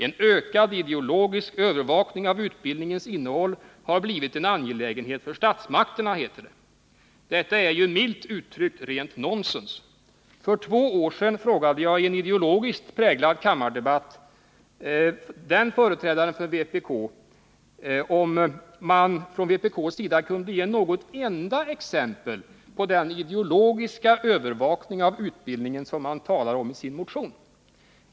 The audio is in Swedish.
En ökad ideologisk övervakning av utbildningens innehåll har blivit en angelägenhet för statsmakterna, heter det. Detta är ju — milt uttryckt — rent nonsens. För två år sedan frågade jag i en ideologiskt präglad kammardebatt en företrädare för vpk om man från vpk:s sida kunde ge något enda exempel på den ideologiska övervakning av utbildningen som man talade om i sin motion.